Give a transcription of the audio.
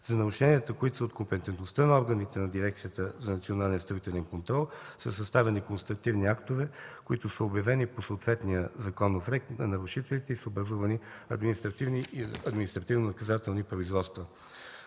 За нарушенията, които са от компетентността на органите на ДНСК, са съставени констативни актове, които са обявени по съответния законов ред на нарушителите и са образувани административни и административнонаказателни производства.